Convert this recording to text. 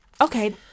okay